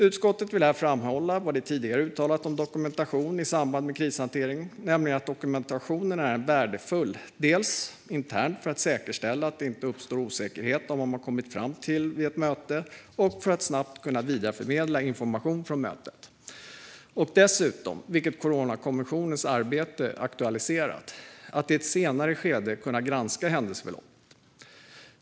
Utskottet vill här framhålla vad det tidigare uttalat om dokumentation i samband med krishantering: Dokumentationen är värdefull internt för att säkerställa att det inte uppstår osäkerhet om vad man kommit fram till vid ett möte och för att snabbt kunna vidareförmedla information från mötet. Den är dessutom - vilket Coronakommissionens arbete aktualiserat - värdefull för att man i ett senare skede ska kunna granska händelseförloppet.